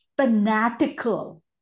fanatical